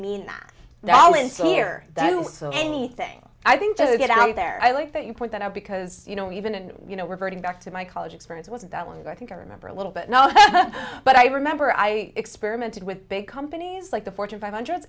here so anything i think to get out there i like that you point that out because you know even and you know reverting back to my college experience wasn't that long ago i think i remember a little bit now but i remember i experimented with big companies like the fortune five hundred